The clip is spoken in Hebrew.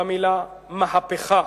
במלה מהפכה.